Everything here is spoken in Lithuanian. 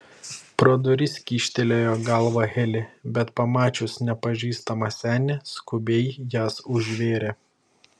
pro duris kyštelėjo galvą heli bet pamačius nepažįstamą senį skubiai jas užvėrė